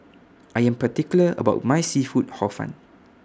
I Am particular about My Seafood Hor Fun